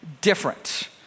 different